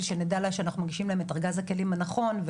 שנדע שאנחנו מגישים להם את ארגז הכלים הנכון.